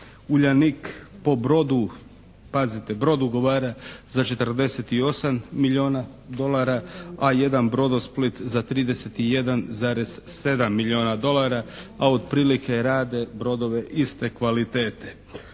"Uljanik" po brodu, pazite brod ugovara za 48 milijuna dolara a jedan "Brodosplit" za 31,7 milijuna dolara a otprilike rade brodove iste kvalitete.